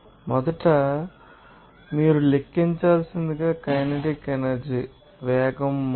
మొదట మీరు లెక్కించాల్సినది కైనెటిక్ ఎనర్జీ అప్పుడు మీకు తెలుసు వేగం మార్పు